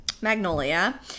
Magnolia